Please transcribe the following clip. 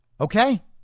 okay